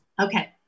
Okay